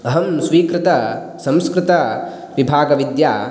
अहं स्वीकृतसंस्कृतविभागविद्या